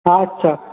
আচ্ছা